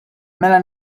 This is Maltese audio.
mela